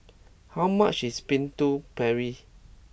how much is Putu Piring